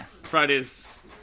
Fridays